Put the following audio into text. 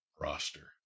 roster